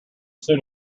soon